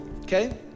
okay